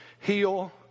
heal